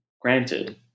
granted